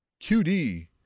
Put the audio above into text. QD